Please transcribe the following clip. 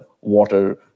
water